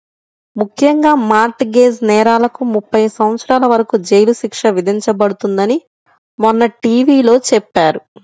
ముఖ్యంగా mortgage నేరాలకు ముప్పై సంవత్సరాల వరకు జైలు శిక్ష విధించబడుతుందని మొన్న టీ.వీ లో చెప్పారు